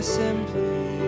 simply